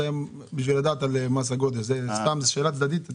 זו שאלה צדדית.